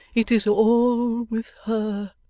it is all with her